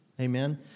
Amen